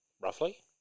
Roughly